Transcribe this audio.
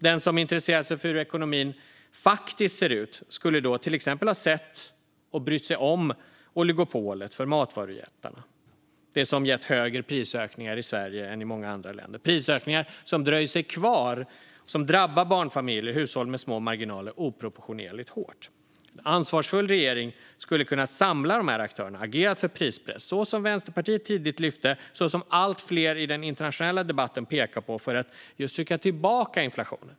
Den som intresserar sig för hur ekonomin faktiskt ser ut skulle till exempel ha sett och brytt sig om oligopolet för matvarujättarna - det som gett högre prisökningar i Sverige än i många andra länder. Det är prisökningar som dröjer sig kvar och som drabbar barnfamiljer och hushåll med små marginaler oproportionerligt hårt. En ansvarsfull regering skulle ha kunnat samla de här aktörerna och agerat för prispress - som Vänsterpartiet tidigt lyfte och som allt fler i den internationella debatten pekar på för att just trycka tillbaka inflationen.